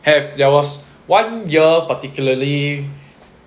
have there was one year particularly